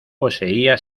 poseía